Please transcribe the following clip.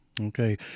Okay